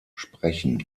sprechen